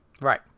Right